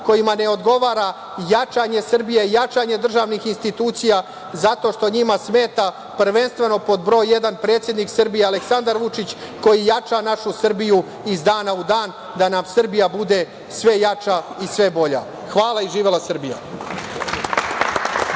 kojima ne odgovara jačanje Srbije, jačanje državnih institucija zato što njima smeta prvenstveno, pod broj jedan, predsednik Srbije Aleksandar Vučić koji jača našu Srbiju iz dana u dan, da nam Srbija bude sve jača i sve bolja. Hvala. Živela Srbija!